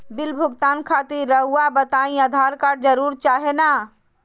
Bill भुगतान खातिर रहुआ बताइं आधार कार्ड जरूर चाहे ना?